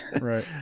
right